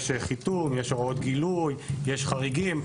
יש חיתום, יש הוראות גילוי, יש חריגים.